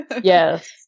yes